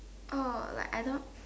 oh like I don't